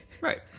Right